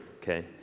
okay